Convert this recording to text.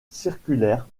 circulaire